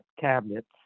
cabinets